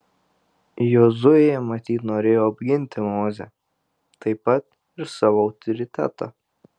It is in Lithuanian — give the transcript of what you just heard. jozuė matyt norėjo apginti mozę taip pat ir savo autoritetą